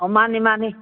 ꯑꯣ ꯃꯥꯅꯦ ꯃꯥꯅꯦ